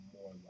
more